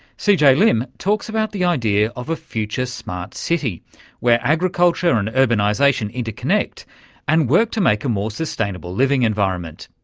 c. j. lim talks about the idea of a future smartcity where agriculture and urbanisation interconnect and work to make a more sustainable living environment.